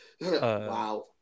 Wow